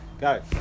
Go